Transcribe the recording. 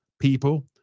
people